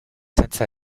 senza